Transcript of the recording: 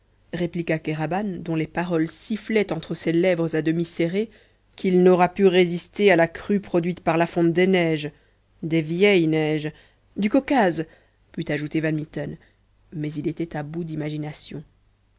répliqua kéraban dont les paroles sifflaient entre ses lèvres à demi serrées qu'il n'aura pu résister à la crue produite par la fonte des neiges des vieilles neiges du caucase put ajouter van mitten mais il était à bout d'imagination